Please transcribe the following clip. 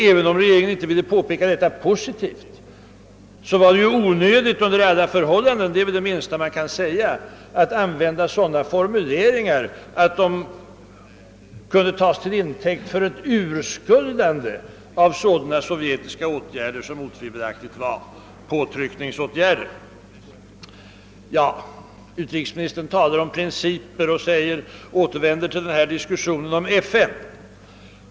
Även om regeringen inte ville påpeka detta positivt, var det ju under alla förhållanden onödigt — det är väl det minsta man kan säga — att använda sådan formuleringar, att de kunde tas till intäkt för ett urskuldande av sådana sovjetiska åtgärder som otvivelaktigt var påtryckningsåtgärder i strid med deklarationen om folkens självbestämmanderätt. Utrikesministern talar om principer och återvänder till diskussionen om FN.